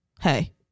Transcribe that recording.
Hey